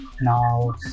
Now